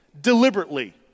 deliberately